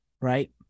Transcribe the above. right